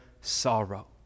sorrow